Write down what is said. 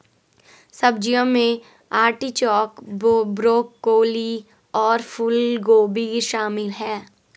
सब्जियों में artichoke, broccoli और फूलगोभी शामिल है